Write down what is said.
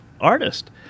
artist